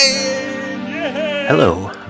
Hello